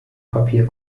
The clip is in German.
papier